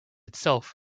itself